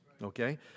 Okay